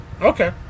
Okay